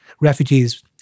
refugees